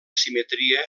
simetria